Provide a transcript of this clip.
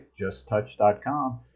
JustTouch.com